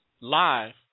live